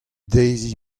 dezhi